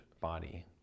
body